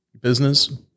business